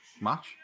match